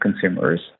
consumers